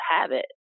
habit